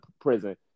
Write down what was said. prison